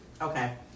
Okay